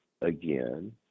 again